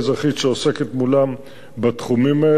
שעוסקת מולם בתחומים האלה.